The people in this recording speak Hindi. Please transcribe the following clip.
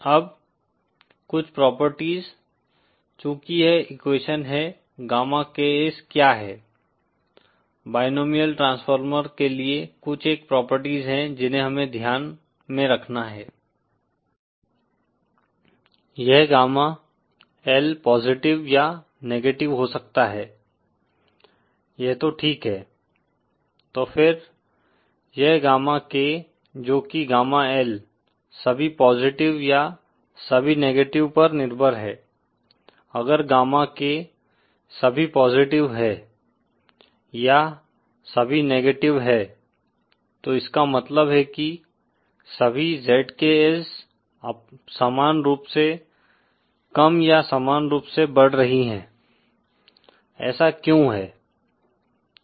अब कुछ प्रॉपर्टीज चूंकि यह एक्वेशन है गामा KS क्या है बायनोमिअल ट्रांसफार्मर के लिए कुछ एक प्रॉपर्टीज है जिन्हें हमें ध्यान में रखना है यह गामा L पॉजिटिव या निगेटिव हो सकता है यह तो ठीक है तो फिर यह गामा K जो कि गामा L सभी पॉजिटिव या सभी नेगेटिव पर निर्भर है अगर गामा K सभी पॉजिटिव है या सभी नेगेटिव हैं तो इसका मतलब है कि सभी ZKs समान रूप से कम या समान रूप से बढ़ रही है ऐसा क्यों है